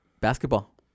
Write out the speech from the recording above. Basketball